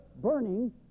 burning